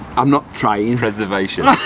i'm not trying. preservation